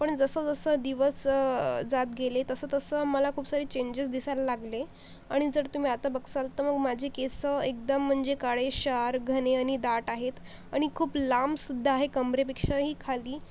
पण जसे जसे दिवस जात गेले तसे तसे मला खूप सारे चेंजेस दिसायला लागले आणि जर तुम्ही आता बघाल तर मग माझे केस एकदम म्हणजे काळेशार घने आणि दाट आहेत आणि खूप लांबसुद्धा आहे कंबरेपेक्षाही खाली